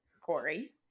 Corey